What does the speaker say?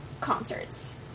concerts